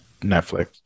Netflix